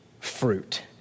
fruit